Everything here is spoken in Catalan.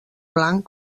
blanc